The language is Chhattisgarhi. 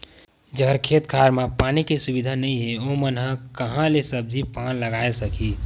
जेखर खेत खार मन म पानी के सुबिधा नइ हे ओमन ह काँहा ले सब्जी पान लगाए सकही